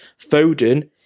Foden